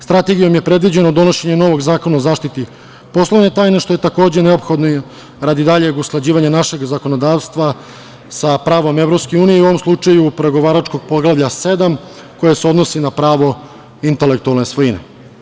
Strategijom je predviđeno donošenje novog zakona o zaštiti poslovne tajne, što je takođe neophodno radi daljeg usklađivanja našeg zakonodavstva sa pravom EU i u ovom slučaju pregovaračkog Poglavlja 7. koje se odnosi na pravo intelektualne svojine.